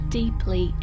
deeply